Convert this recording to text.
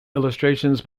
illustrations